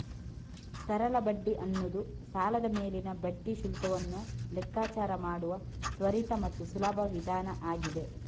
ಸರಳ ಬಡ್ಡಿ ಅನ್ನುದು ಸಾಲದ ಮೇಲಿನ ಬಡ್ಡಿ ಶುಲ್ಕವನ್ನ ಲೆಕ್ಕಾಚಾರ ಮಾಡುವ ತ್ವರಿತ ಮತ್ತು ಸುಲಭ ವಿಧಾನ ಆಗಿದೆ